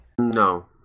No